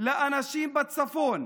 לאנשים בצפון,